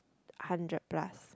hundred plus